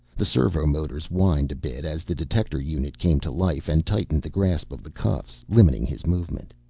the servo motors whined a bit as the detector unit came to life and tightened the grasp of the cuffs, limiting his movement.